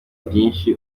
byinshi